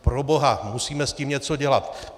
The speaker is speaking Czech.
Proboha, musíme s tím něco dělat!